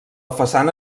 façana